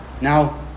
now